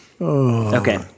Okay